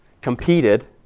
competed